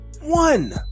One